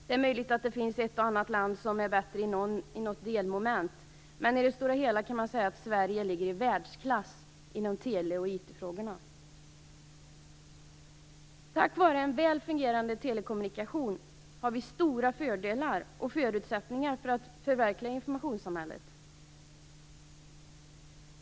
Det är möjligt att det finns ett och annat land som är bättre i något delmoment, men i det stora hela kan man säga att Sverige ligger i världsklass inom tele och IT Tack vare väl fungerande telekommunikationer har vi stora fördelar och förutsättningar när det gäller att förverkliga informationssamhället.